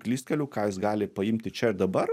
klystkeliu ką jis gali paimti čia ir dabar